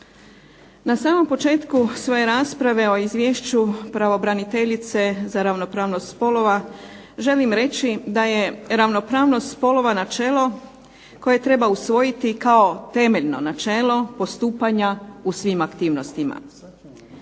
Na samom početku svoje rasprave o Izvješću pravobraniteljice za ravnopravnost spolova želim reći da je ravnopravnost spolova načelo koje treba usvojiti kao temeljno načelo postupanja u svim aktivnostima.